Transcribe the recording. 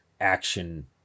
action